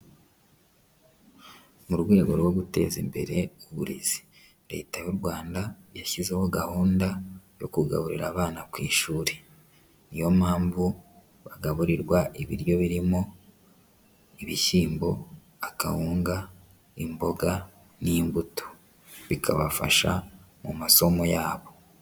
Mu rwego rwo guteza imbere uburezi leta y'u Rwanda yashyizeho gahunda yo kugaburira abana ku ishuri, niyo mpamvu bagaburirwa ibiryo birimo ibishyimbo, akawunga, imboga n'imbuto, bikabafasha mu masomo yabo.